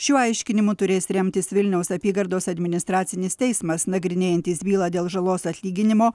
šiuo aiškinimu turės remtis vilniaus apygardos administracinis teismas nagrinėjantis bylą dėl žalos atlyginimo